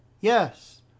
yes